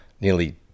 nearly